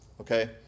okay